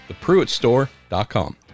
thepruittstore.com